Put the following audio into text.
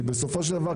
כי בסופו של דבר,